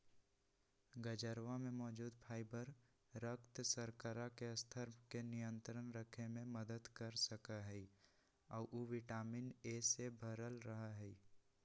गजरवा में मौजूद फाइबर रक्त शर्करा के स्तर के नियंत्रण रखे में मदद कर सका हई और उ विटामिन ए से भरल रहा हई